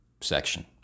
section